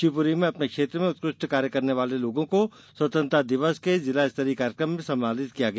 शिवपुरी में अपने क्षेत्र में उत्कृष्ट कार्य करने वाले लोगों को स्वतंत्रता दिवस के जिला स्तरीय कार्यक्रम में सम्मानित किया गया